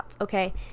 Okay